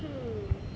hmm